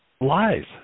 lies